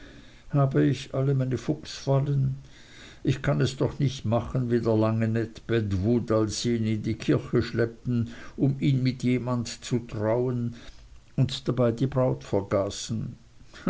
habe ich alle meine fuchsfallen ich kann es doch nicht machen wie der lange ned bedwood als sie ihn in die kirche schleppten um ihn mit jemand zu trauen und dabei die braut vergaßen